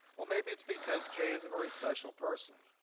well, maybe it's because kay is a very special person.